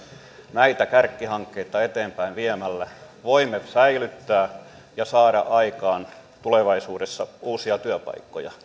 näitä kärkihankkeita eteenpäin viemällä voimme säilyttää ja saada aikaan tulevaisuudessa uusia työpaikkoja